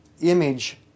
image